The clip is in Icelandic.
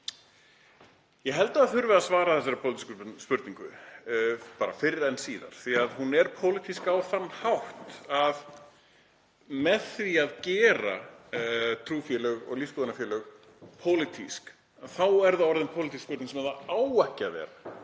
Ég held að það þurfi að svara þessari pólitísku spurningu fyrr en síðar því að hún er pólitísk á þann hátt að með því að gera trú- og lífsskoðunarfélög pólitísk er þetta orðin pólitísk spurning, sem hún á ekki að vera.